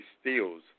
steals